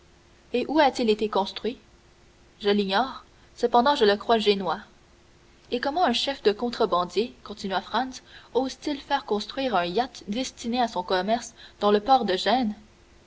et où a-t-il été construit je l'ignore cependant je le crois génois et comment un chef de contrebandiers continua franz ose t il faire construire un yacht destiné à son commerce dans le port de gênes